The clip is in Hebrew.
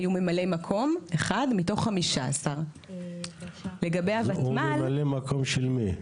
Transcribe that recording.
היה ממלא מקום אחד מתוך 15. והוא ממלא מקום של מי?